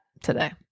today